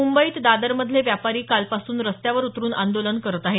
मुंबईत दादरमधले व्यापारी कालपासून रस्त्यावर उतरून आंदोलन करत आहेत